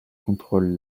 contrôlent